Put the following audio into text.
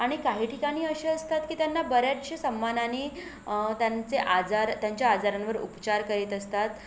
आणि काही ठिकानी अशी असतात की त्यांना बऱ्याचशा सन्मानाने त्यांचे आजार त्यांच्या आजारांवर उपचार करीत असतात